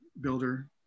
builder